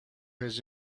his